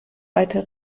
weiter